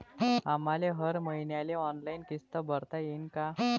आम्हाले हर मईन्याले ऑनलाईन किस्त भरता येईन का?